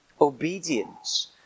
obedience